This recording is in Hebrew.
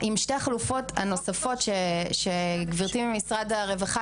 שתי החלופות הנוספות שגברתי ממשרד הרווחה